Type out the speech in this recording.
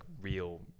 real